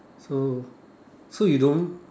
so so you don't